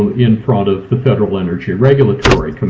in front of the federal energy regulatory